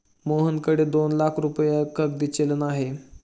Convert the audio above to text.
मोहनकडे दोन लाख रुपये कागदी चलन आहे